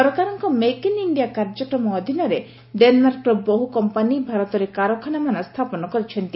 ସରକାରଙ୍କ make in India କାର୍ଯ୍ୟକ୍ରମ ଅଧୀନରେ ଡେନମାର୍କର ବହୁ କମ୍ପାନୀ ଭାରତରେ କାରଖାନାମାନ ସ୍ଥାପନ କରିଛନ୍ତି